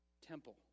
temple